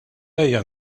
ejja